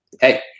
hey